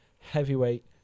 Heavyweight